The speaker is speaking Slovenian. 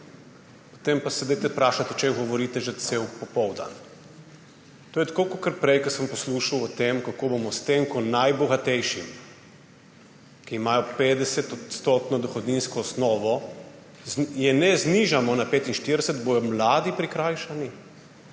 potem pa se dajte vprašati, o čem govorite že cel popoldan. To je tako kakor prej, ko sem poslušal o tem, kako bodo s tem, ko najbogatejšim, ki imajo 50-odstotno dohodninsko osnovo in je ne znižamo na 45, mladi prikrajšani.